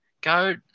go